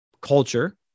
culture